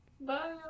Bye